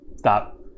Stop